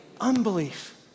unbelief